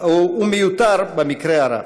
ומיותר במקרה הרע.